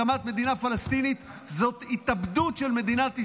הקמת מדינה פלסטינית זאת התאבדות של מדינת ישראל.